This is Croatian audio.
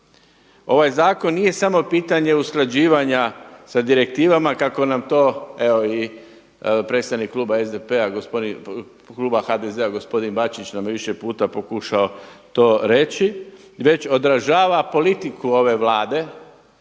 Ovaj zakon nije samo pitanje usklađivanja sa direktivama kako nam to evo i predstavnik kluba HDZ-a gospodin Bačić nam više puta pokušao to reći, već odražava politiku ove Vlade